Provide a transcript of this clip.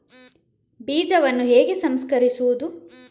ಬೀಜವನ್ನು ಹೇಗೆ ಸಂಸ್ಕರಿಸುವುದು?